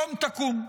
קום תקום.